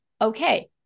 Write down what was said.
Okay